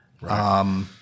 Right